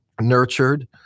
nurtured